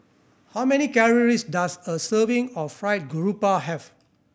how many calories does a serving of Fried Garoupa have